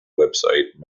website